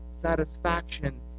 satisfaction